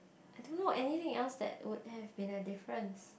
I don't know anything else that would have been a difference